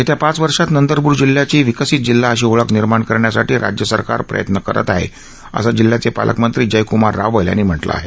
येत्या पाच वर्षात नंदरबार जिल्ह्याची विकसीत जिल्हा अशी ओळख निर्माण करण्यासाठी राज्य सरकार प्रतत्न करत आहे असं जिल्ह्याचे पालकमंत्री जयक्मार रावल यांनी म्हटलं आहे